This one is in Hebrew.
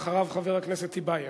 אחריו, חבר הכנסת טיבייב.